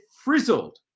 frizzled